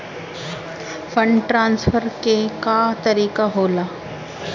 Fund transfer के का तरीका होला?